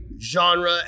genre